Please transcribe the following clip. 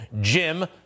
Jim